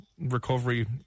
recovery